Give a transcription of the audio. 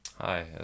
Hi